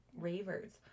ravers